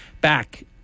back